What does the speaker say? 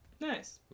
nice